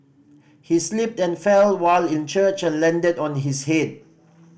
he slipped and fell while in church and landed on his head